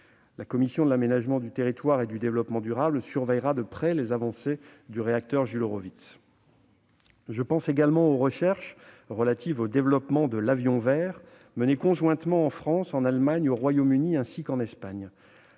La commission de l'aménagement du territoire et du développement durable surveillera de près les avancées de ce réacteur. Je pense également aux recherches relatives au développement de l'« avion vert », menées conjointement en France, en Allemagne, au Royaume-Uni et en Espagne.